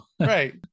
Right